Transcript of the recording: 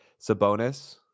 Sabonis